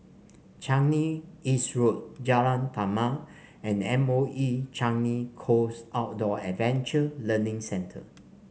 Changi East Road Jalan Taman and M O E Changi Coast Outdoor Adventure Learning Centre